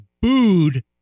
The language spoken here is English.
booed